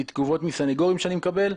מתגובות מסנגורים שאני מקבל,